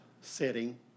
setting